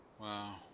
Wow